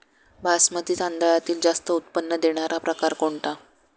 बासमती तांदळातील जास्त उत्पन्न देणारा प्रकार कोणता?